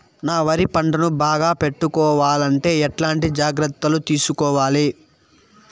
నా వరి పంటను బాగా పెట్టుకోవాలంటే ఎట్లాంటి జాగ్రత్త లు తీసుకోవాలి?